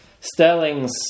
Sterling's